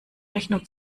rechnung